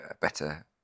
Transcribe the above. better